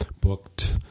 booked